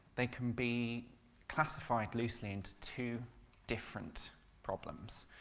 they can be classified loosely into two different problems,